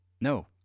No